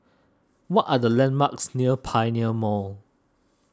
what are the landmarks near Pioneer Mall